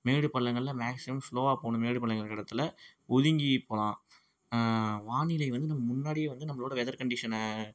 மேடு பள்ளங்களில் மேக்ஸிமம் ஸ்லோவாக போகணும் மேடு பள்ளம் இருக்கிற இடத்துல ஒதுங்கி போகலாம் வானிலை வந்து நம்ம முன்னாடியே வந்து நம்மளோடய வெதர் கண்டிஷன்